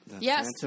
Yes